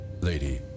Lady